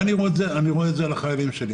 ואני רואה את זה על החיילים שלי.